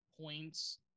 points